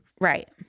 Right